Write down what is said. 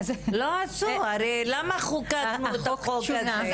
הרי למה חוקקנו את החוק הזה?